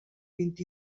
vint